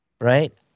Right